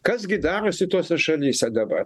kas gi darosi tose šalyse dabar